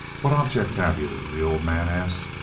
what object have you the old man asked,